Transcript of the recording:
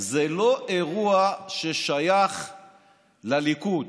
שזה לא אירוע ששייך לליכוד.